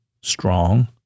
strong